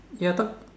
ya I thought